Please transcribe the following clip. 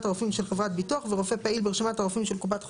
הרופאים של חברת ביטוח" ו"רופא פעיל ברשימת הרופאים של קופת חולים".